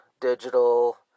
Digital